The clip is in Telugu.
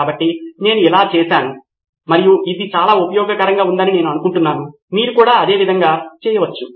కాబట్టి నేను ఇలాగే చేసాను మరియు ఇది చాలా ఉపయోగకరంగా ఉందని నేను కనుగొన్నాను మీరు కూడా అదే విధంగా చేయవచ్చు